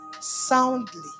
soundly